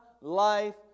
life